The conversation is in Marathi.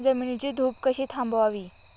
जमिनीची धूप कशी थांबवावी?